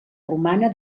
romana